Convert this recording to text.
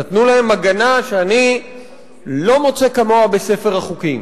נתנו להם הגנה שאני לא מוצא כמוה בספר החוקים.